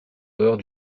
dehors